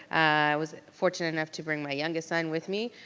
i was fortunate enough to bring my youngest son with me,